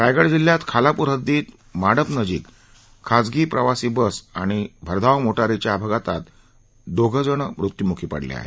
रायगड जिल्ह्यात खालापूर हद्दीत माडपनजीक खासगी प्रवासी बस आणि भरधाव मोटारीच्या अपघातात दोघं मृत्यूम्खी पडले आहेत